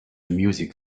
music